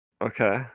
Okay